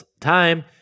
time